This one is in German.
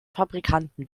fabrikanten